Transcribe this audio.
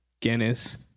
guinness